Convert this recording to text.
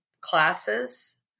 classes